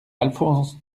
alphonse